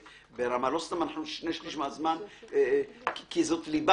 סתם שני שליש מהזמן אנחנו מקדישים לזה.